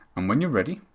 and when you are ready,